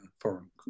foreign